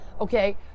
okay